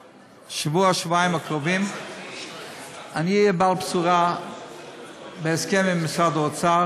שבשבוע-שבועיים הקרובים אני אהיה בעל בשורה בהסכם עם משרד האוצר